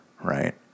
right